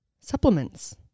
supplements